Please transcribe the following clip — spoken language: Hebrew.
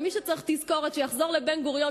ומי שצריך תזכורת שיחזור לבן-גוריון,